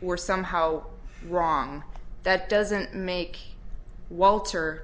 were somehow wrong that doesn't make walter